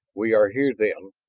we are here then.